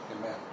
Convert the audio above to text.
Amen